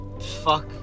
fuck